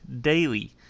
daily